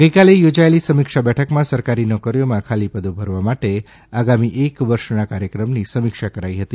ગઈકાલે યોજાયેલી સમિક્ષા બેઠકમાં સરકારી નોકરીઓમાં ખાલી પદો ભરવા માટે આગામી એક વર્ષના કાર્યક્રમની સમિક્ષા કરાઈ હતી